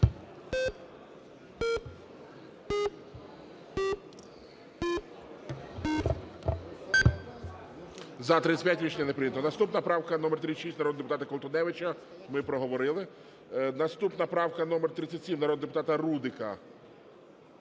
За-35 Рішення не прийнято. Наступна правка - номер 36, народного депутата Колтуновича. Ми проговорили. Наступна правка - номер 37, народного депутата Рудика,